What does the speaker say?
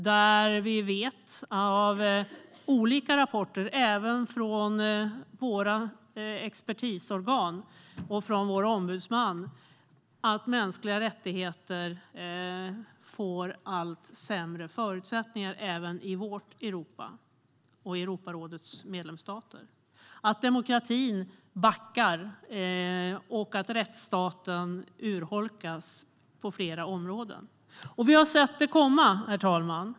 Genom olika rapporter även från våra expertorgan och från vår ombudsman vet vi att förutsättningarna för mänskliga rättigheter blir allt sämre även i vårt Europa och i Europarådets medlemsstater. Demokratin backar, och rättsstaten urholkas på flera områden. Vi har sett detta komma. Herr talman!